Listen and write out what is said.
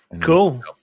Cool